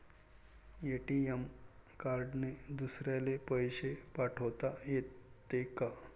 ATM कार्डने दुसऱ्याले पैसे पाठोता येते का?